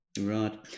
Right